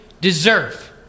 deserve